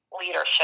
leadership